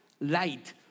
light